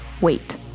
Wait